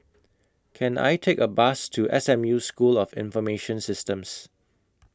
Can I Take A Bus to S M U School of Information Systems